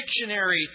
dictionary